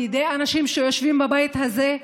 בידי האנשים שיושבים בבית הזה,